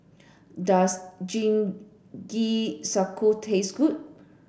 does Jingisukan taste good